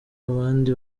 abandi